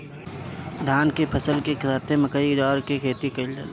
धान के फसल के साथे मकई, जवार के खेती कईल जाला